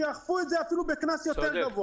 שיאכפו את זה אפילו בקנס גבוה יותר.